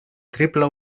triple